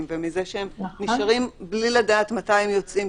ומזה שהם נשארים בלי לדעת מתי הם יוצאים,